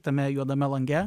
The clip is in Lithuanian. tame juodame lange